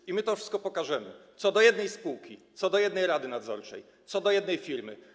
I my to wszystko pokażemy, co do jednej spółki, co do jednej rady nadzorczej, co do jednej firmy.